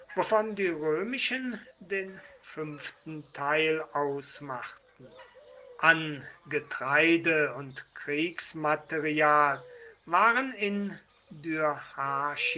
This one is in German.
die römischen den fünften teil ausmachten an getreide und kriegsmaterial waren in